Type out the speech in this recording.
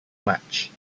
much